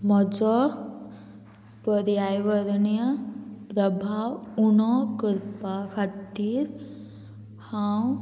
म्हजो पर्यावरणीय प्रभाव उणो करपा खातीर हांव